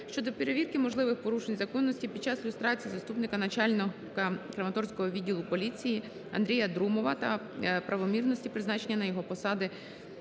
щодо перевірки можливих порушень законності під час люстрації заступника начальника Краматорського відділу поліції Андрія Друмова та правомірності призначення його на посади